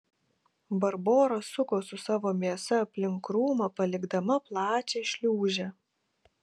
barbora suko su savo mėsa aplink krūmą palikdama plačią šliūžę